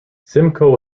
simcoe